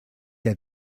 der